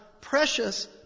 precious